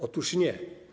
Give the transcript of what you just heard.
Otóż nie.